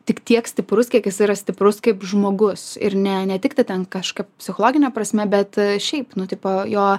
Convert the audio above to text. tik tiek stiprus kiek jis yra stiprus kaip žmogus ir ne ne tiktai ten kažkokia psichologine prasme bet šiaip nu tipo jo